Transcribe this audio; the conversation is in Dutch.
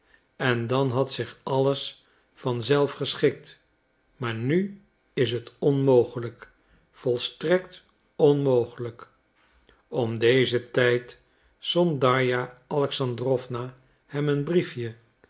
en dan had zich alles van zelf geschikt maar nu is het onmogelijk volstrekt onmogelijk om dezen tijd zond darja alexandrowna hem een briefje